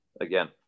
again